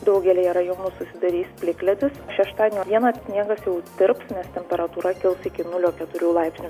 daugelyje rajonų susidarys plikledis šeštadienio dieną sniegas jau tirps nes temperatūra kils iki nulio keturių laipsnių